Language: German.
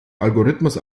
algorithmus